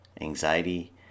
anxiety